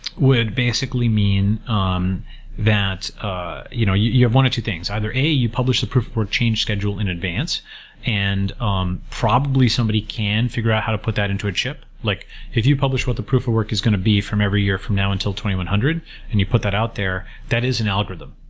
would basically mean um that ah you know you you have one of two things. either, a you publish the proof of work change schedule in advance and um probably somebody can figure out how to put that into a chip. like if you publish what the proof of work is going to be from every year from now until two thousand one hundred and you put that out there, that is an algorithm.